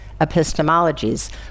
epistemologies